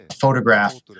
photograph